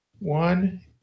One